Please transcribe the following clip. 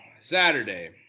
saturday